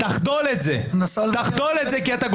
תבדקו אותי,